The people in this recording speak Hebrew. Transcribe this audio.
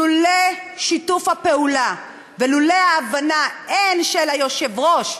לולא שיתוף הפעולה ולולא ההבנה, הן של היושב-ראש,